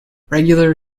regular